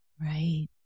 Right